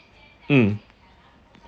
mm